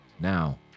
Now